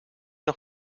nog